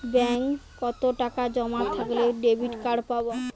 ব্যাঙ্কে কতটাকা জমা থাকলে ডেবিটকার্ড পাব?